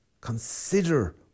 Consider